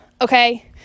Okay